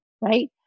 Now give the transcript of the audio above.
right